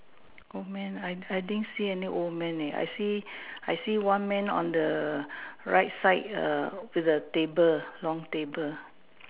old man I I didn't see any old man leh I see I see one man on the right side err with a table long table